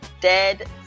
dead